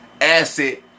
asset